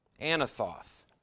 Anathoth